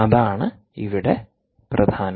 അതാണ് ഇവിടെ പ്രധാനം